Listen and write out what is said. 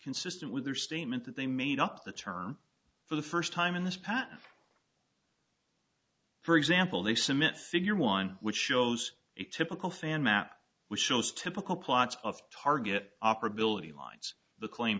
consistent with your statement that they made up the term for the first time in this pattern for example they submit figure one which shows a typical fan map which shows typical plots of target operability lines the claim